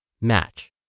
Match